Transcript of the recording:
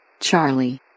Charlie